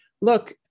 look